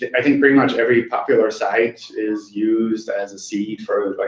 i think pretty much every popular site is used as a seed for,